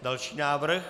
Další návrh.